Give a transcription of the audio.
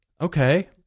okay